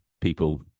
people